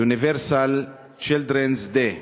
Universal Children's Day,